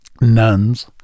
nuns